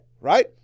right